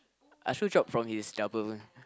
Ashrew from his double